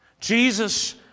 Jesus